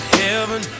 heaven